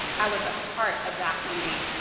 i was a part of that beauty,